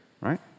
right